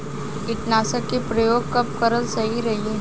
कीटनाशक के प्रयोग कब कराल सही रही?